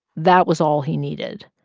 that was all he needed.